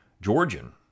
Georgian